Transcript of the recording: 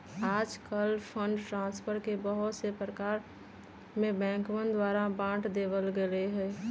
आजकल fund transfer के बहुत से प्रकार में बैंकवन द्वारा बांट देवल गैले है